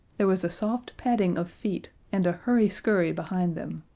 there was a soft padding of feet and a hurry-scurry behind them,